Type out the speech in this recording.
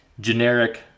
generic